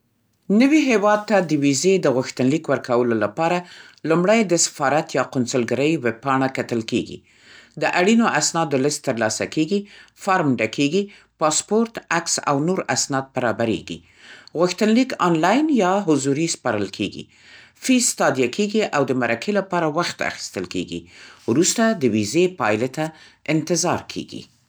نوي هېواد ته د ویزې د غوښتنلیک ورکولو لپاره، لومړی د سفارت یا قونسلګرۍ ویب‌پاڼه کتل کېږي. د اړینو اسنادو لیست ترلاسه کېږي. فارم ډکېږي، پاسپورټ، عکس، او نور اسناد برابرېږي. غوښتنلیک آنلاین یا حضوري سپارل کېږي. فیس تادیه کېږي او د مرکې لپاره وخت اخیستل کېږي. وروسته د ویزې پایلې ته انتظار کېږي.